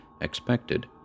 expected—